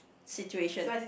situation